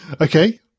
Okay